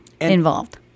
involved